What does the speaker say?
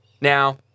Now